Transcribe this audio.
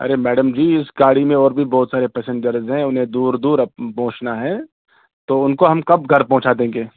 ارے madam ji اس گاڑی میں اور بھی بہت سارے پسنجرز ہیں انہیں دور دور اب پہنچنا ہے تو ان کو ہم کب گھر پہنچا دیں گے